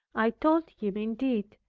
i told him, indeed,